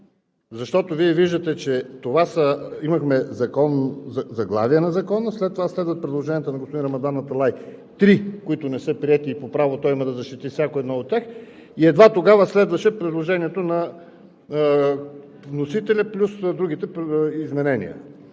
Защото Вие виждате, че имахме заглавие на Закона, след това следват предложенията на господин Рамадан Аталай – три, които не са приети, и той има право да защити всяко едно от тях, и едва тогава следваше предложението на вносителя плюс другите изменения.